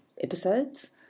episodes